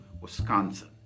Wisconsin